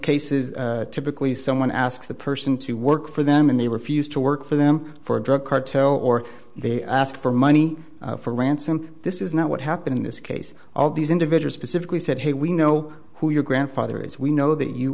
cases typically someone asks the person to work for them and they refuse to work for them for a drug cartel or they ask for money for ransom this is not what happened in this case all these individual specifically said hey we know who your grandfather is we know that you